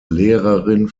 lehrerin